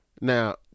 Now